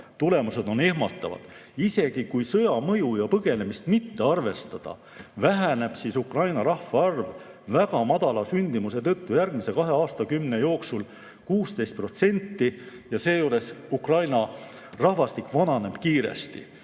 Tulemused on ehmatavad. Isegi kui sõja mõju ja põgenemist mitte arvestada, väheneb Ukraina rahvaarv väga madala sündimuse tõttu järgmise kahe aastakümne jooksul 16% ja seejuures Ukraina rahvastik vananeb kiiresti.